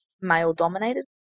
male-dominated